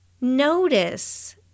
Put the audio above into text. notice